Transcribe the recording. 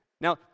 Now